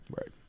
Right